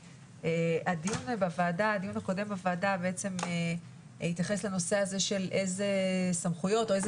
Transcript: הדיון הקודם בוועדה התייחס לנושא הזה של איזה סמכויות או איזה